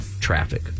traffic